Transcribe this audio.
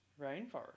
rainforest